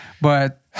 but-